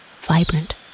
vibrant